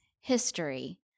history